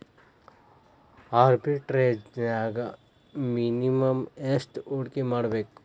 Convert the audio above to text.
ಆರ್ಬಿಟ್ರೆಜ್ನ್ಯಾಗ್ ಮಿನಿಮಮ್ ಯೆಷ್ಟ್ ಹೂಡ್ಕಿಮಾಡ್ಬೇಕ್?